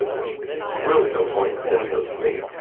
there's really no point in sending those to me.